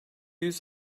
yüz